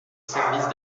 service